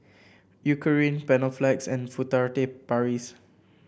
Eucerin Panaflex and Furtere Paris